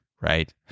right